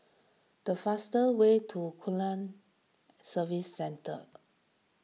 the fastest way to Aquaculture Services Centre